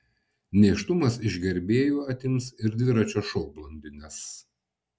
nėštumas iš gerbėjų atims ir dviračio šou blondines